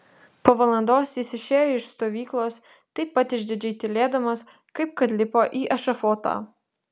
po valandos jis išėjo iš stovyklos taip pat išdidžiai tylėdamas kaip kad lipo į ešafotą